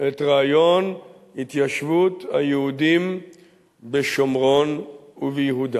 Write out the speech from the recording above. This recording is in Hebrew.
את רעיון התיישבות היהודים בשומרון וביהודה,